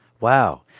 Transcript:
Wow